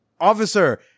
officer